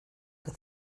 que